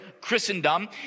Christendom